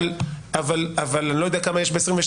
אבל אני לא יודע כמה יש ב-2022.